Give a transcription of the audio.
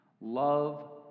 Love